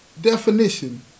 definition